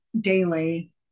daily